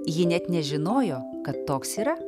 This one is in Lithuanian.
ji net nežinojo kad toks yra